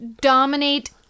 Dominate